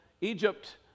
Egypt